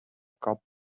cups